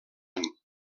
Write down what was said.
any